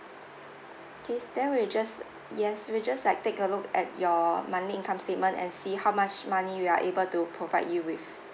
K then we'll just uh yes we'll just like take a look at your monthly income statement and see how much money we are able to provide you with